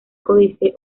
códice